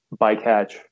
bycatch